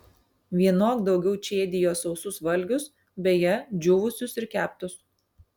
vienok daugiau čėdijo sausus valgius beje džiūvusius ir keptus